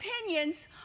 opinions